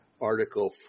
article